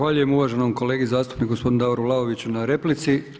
Zahvaljujem uvaženom kolegi zastupniku gospodinu Davoru Vlaoviću na replici.